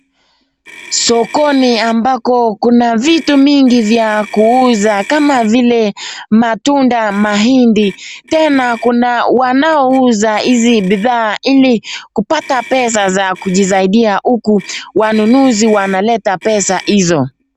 Sokoni ambako kuna vitu mingi vya kuuza kama vile matunda, mahindi tena kuno wanaouza hizi bidhaa ili kupata pesa za kujisaidia uku wanaleta pesa hizo.